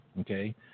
Okay